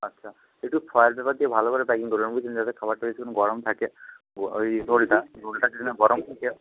আচ্ছা একটু foil paper দিয়ে ভালো করে প্যাকিং করবেন বুঝলেন যাতে খাবারটা বেশিক্ষণ গরম থাকে ওই রোলটা রোলটা না গরম থাকে